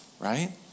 right